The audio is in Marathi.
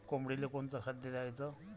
कोंबडीले कोनच खाद्य द्याच?